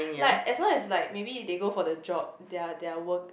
like as long as like maybe they go for the job their their work